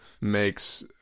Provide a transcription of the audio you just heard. makes